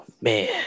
man